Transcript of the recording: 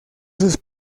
sus